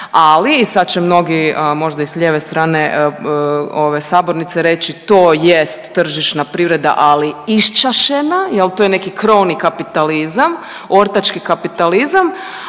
ali i sad će mnogi možda i s lijeve strane ove sabornice reći to jest tržišna privreda, ali iščašena jel to je neki krovni kapitalizam, ortački kapitalizam,